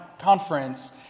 conference